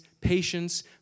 patience